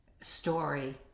story